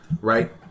Right